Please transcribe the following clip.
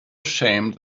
ashamed